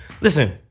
Listen